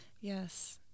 yes